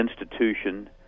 institution